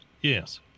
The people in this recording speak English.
Yes